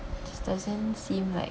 just doesn't seem like